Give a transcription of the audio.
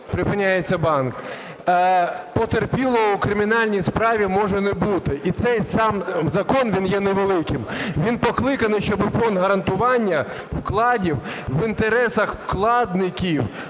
припиняється банк, потерпілого у кримінальній справі може не бути, і цей сам закон, він є невеликим, він покликаний, щоб Фонд гарантування вкладів в інтересах вкладників